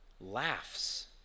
laughs